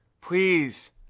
please